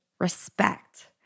respect